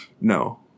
No